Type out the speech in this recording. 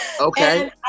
Okay